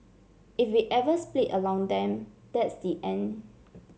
if we ever split along them that's the end